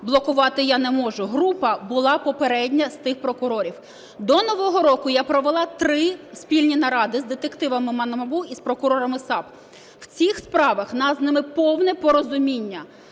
блокувати я не можу. Група була попередня з тих прокурорів. До нового року я провела три спільні наради з детективами НАБУ і з прокурорами САП, в цих справах у нас з ними повне порозуміння.